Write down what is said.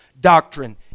doctrine